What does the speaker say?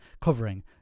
covering